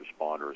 responders